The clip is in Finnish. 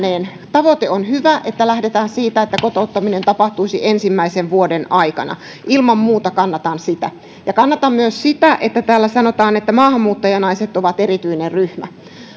tavoite on hyvä että lähdetään siitä että kotouttaminen tapahtuisi ensimmäisen vuoden aikana ilman muuta kannatan sitä ja kannatan myös sitä että täällä sanotaan että maahanmuuttajanaiset ovat erityinen ryhmä